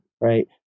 right